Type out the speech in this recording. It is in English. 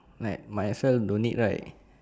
like might as well don't need right